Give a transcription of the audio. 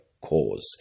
cause